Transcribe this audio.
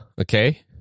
Okay